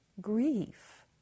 Grief